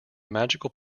magical